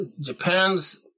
Japan's